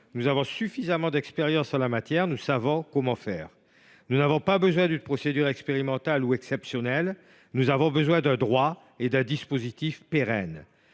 nous avons suffisamment d’expérience en la matière, nous savons comment faire. Nous avons besoin non d’une procédure expérimentale ou exceptionnelle, mais de droits et d’un dispositif pérenne.